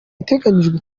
iteganyijwe